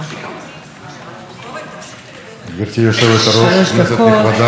אני אדבר ישר לענייני החוק.